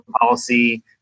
policy